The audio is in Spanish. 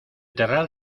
terral